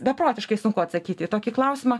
beprotiškai sunku atsakyti į tokį klausimą